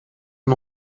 een